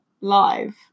live